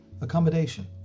accommodation